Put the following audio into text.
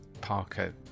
parker